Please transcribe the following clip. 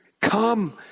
come